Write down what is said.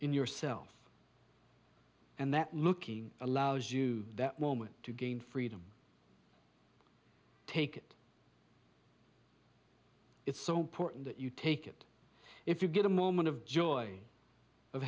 in yourself and that looking allows you that moment to gain freedom take it it's so important that you take it if you get a moment of joy of